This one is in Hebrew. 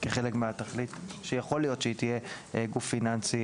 כחלק מהתכלית שיכול להיות שהיא תהיה גוף פיננסי